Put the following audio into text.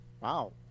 Wow